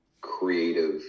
creative